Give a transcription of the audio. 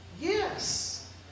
Yes